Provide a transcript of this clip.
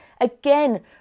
again